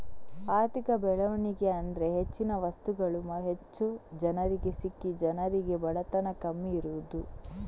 ಆರ್ಥಿಕ ಬೆಳವಣಿಗೆ ಅಂದ್ರೆ ಹೆಚ್ಚಿನ ವಸ್ತುಗಳು ಹೆಚ್ಚು ಜನರಿಗೆ ಸಿಕ್ಕಿ ಜನರಿಗೆ ಬಡತನ ಕಮ್ಮಿ ಇರುದು